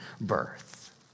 birth